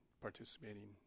participating